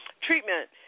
treatment